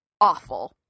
awful